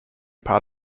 part